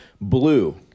blue